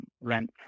rent